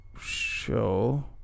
show